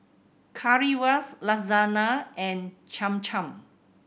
Currywurst Lasagna and Cham Cham